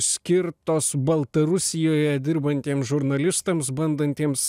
skirtos baltarusijoje dirbantiem žurnalistams bandantiems